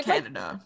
Canada